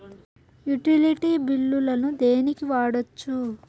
Utility బిల్లులను దేనికి వాడొచ్చు?